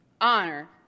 honor